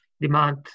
demand